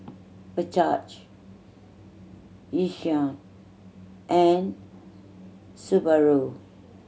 Bajaj Yishion and Subaru